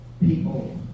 people